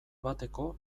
bateko